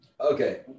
Okay